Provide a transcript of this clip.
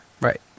right